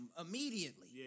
immediately